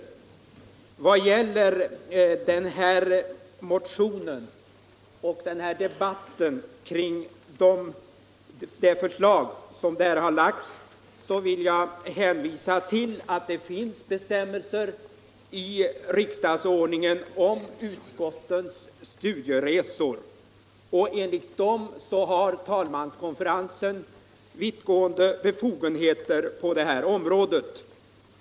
När det gäller herr Komstedts motion och debatten kring det förslag som där har lagts fram vill jag hänvisa till att det finns bestämmelser i riksdagsordningen om utskottens studieresor, som ger talmanskonferensen vittgående befogenheter på det området.